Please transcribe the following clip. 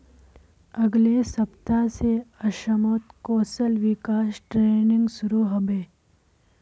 अगले सप्ताह स असमत कौशल विकास ट्रेनिंग शुरू ह बे